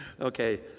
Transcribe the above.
Okay